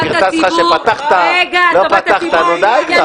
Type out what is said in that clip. קרקס שפתחת, לא פתחת די כבר.